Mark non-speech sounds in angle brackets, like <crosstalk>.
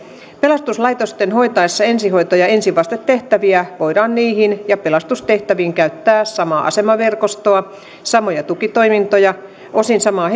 pelastuslaitosten hoitaessa ensihoito ja ensivastetehtäviä voidaan niihin ja pelastustehtäviin käyttää samaa asemaverkostoa samoja tukitoimintoja osin samaa <unintelligible>